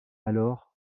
alors